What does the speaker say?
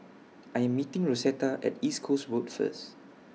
I Am meeting Rosetta At East Coast Road First